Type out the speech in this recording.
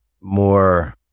more